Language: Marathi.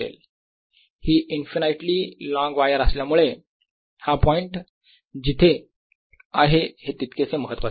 हि इन्फिनिटली लॉन्ग वायर असल्यामुळे हा पॉईंट जिथे आहे हे तितकेसे महत्वाचे नाही